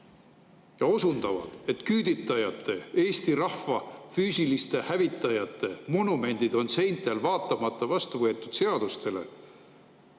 ja osundavad, et küüditajate, Eesti rahva füüsiliste hävitajate monumendid on seintel, vaatamata sellele,